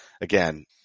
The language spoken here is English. again